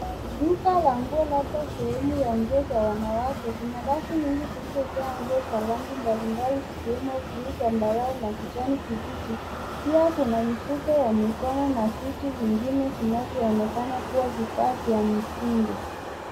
Duka la nguo labda sehemu ya nguo za wanawake kuna rafu nyingi zilizojaa nguo za rangi mbalimbali zikiwemo blue , zambarau na kijani kibichi. Pia kuna mifuko ya mikono na vitu vingine vinavyoonekana kuwa vifaa vya mitindo.